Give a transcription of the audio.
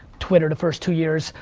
twitter the first two years.